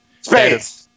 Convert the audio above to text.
Space